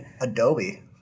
Adobe